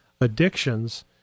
addictions